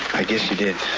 i guess you did.